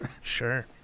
Sure